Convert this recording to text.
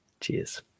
Cheers